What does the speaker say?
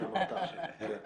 מה שאמרת עכשיו.